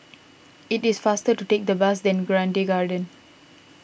it is faster to take the bus than Grange Garden